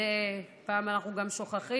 מדי פעם אנחנו גם שוכחים.